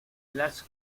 las